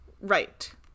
Right